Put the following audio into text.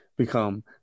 Become